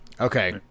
Okay